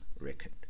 record